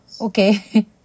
Okay